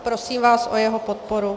Prosím vás o jeho podporu.